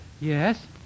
Yes